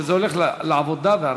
שזה הולך לוועדת העבודה והרווחה.